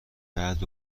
بعد